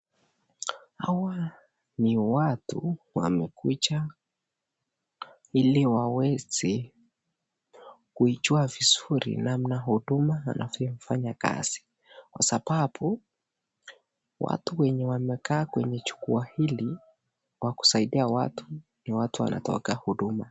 Hawa ni watu wamekuja ili waweze kuijua vizuri namna huduma anavyofanya kazi kwa sababu watu wenye wamekaa kwenye jukua hili kwa kusaidia watu ni watu wanatoka huduma.